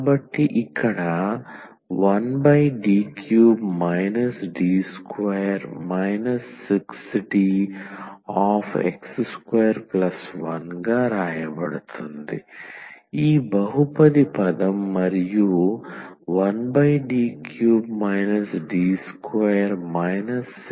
కాబట్టి ఇక్కడ 1D3 D2 6Dx21 ఈ బహుపది పదం మరియు 1D3 D2 6D